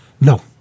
No